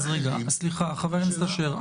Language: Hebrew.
אז רגע, סליחה, חבר הכנסת אשר.